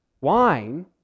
wine